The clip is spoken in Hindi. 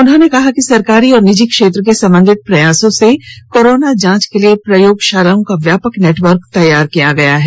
उन्होंने कहा कि सरकारी और निजी क्षेत्र के समन्वित प्रयासों से कोरोना जांच के लिए प्रयोगशालाओं का व्यापक नेटवर्क तैयार किया गया है